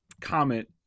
comment